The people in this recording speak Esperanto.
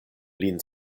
lin